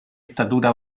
estatura